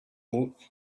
mood